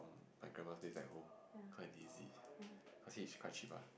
my grandma's place back home cause I lazy cause hitch quite cheap ah